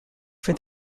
for